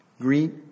Greet